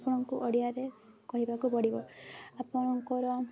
ଆପଣଙ୍କୁ ଓଡ଼ିଆରେ କହିବାକୁ ପଡ଼ିବ ଆପଣଙ୍କର